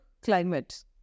climate